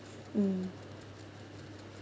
mm